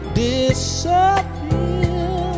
disappear